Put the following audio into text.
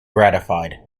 gratified